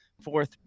fourth